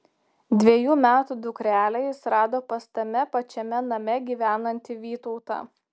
dvejų metų dukrelę jis rado pas tame pačiame name gyvenantį vytautą